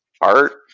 art